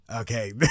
Okay